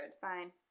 Fine